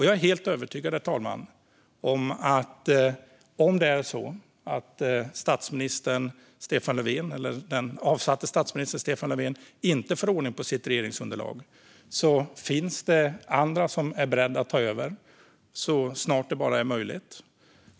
Jag är helt övertygad, herr talman, att om den avsatte statsministern Stefan Löfven inte får ordning på sitt regeringsunderlag finns det andra som är beredda att ta över så snart det är möjligt.